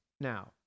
now